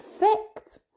effect